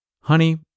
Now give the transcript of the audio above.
honey